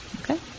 Okay